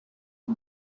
tea